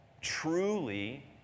truly